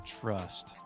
trust